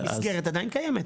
המסגרת עדיין קיימת,